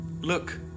Look